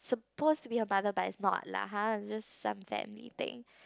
suppose to be her mother but it's not lah har is just some family thing